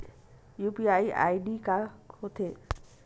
UPI ID का होथे?